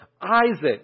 Isaac